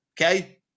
Okay